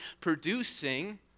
producing